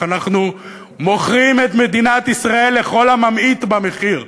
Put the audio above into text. איך אנחנו מוכרים את מדינת ישראל לכל הממעיט במחיר.